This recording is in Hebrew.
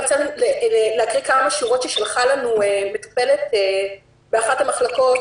אני רוצה להקריא כמה שורות ששלחה לנו מטופלת באחת המחלקות